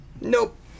Nope